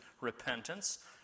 repentance